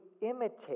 imitate